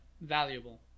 valuable